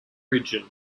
region